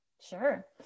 Sure